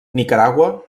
nicaragua